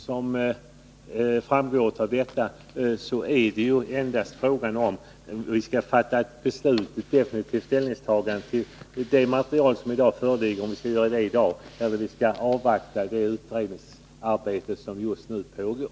Som framgår är det alltså endast fråga om huruvida vi definitivt skall ta ställning på grundval av det material som föreligger i dag eller avvakta det utredningsarbete som just nu pågår.